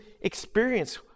experience